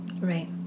right